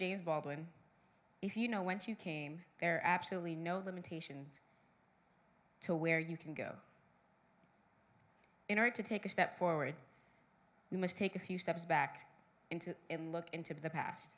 james baldwin if you know whence you came there absolutely no limitation to where you can go in order to take a step forward you must take a few steps back into it in look into the past